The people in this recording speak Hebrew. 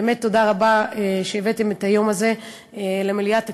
באמת תודה רבה שהבאתם את היום הזה למליאת הכנסת,